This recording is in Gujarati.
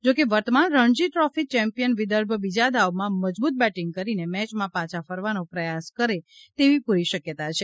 જોકે વર્તમાન રણજી ટ્રોફી ચેમ્પિયન વિદર્ભ બીજા દાવમાં મજબૂત બેટિંગ કરીને મેચમાં પાછા ફરવાનો પ્રયાસ કરે તેવી પુરી શક્યતા છે